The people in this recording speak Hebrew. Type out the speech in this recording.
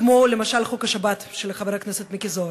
כמו למשל חוק השבת של חבר הכנסת מיקי זוהר,